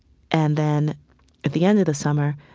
and then at the end of the summer,